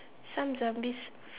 some zombies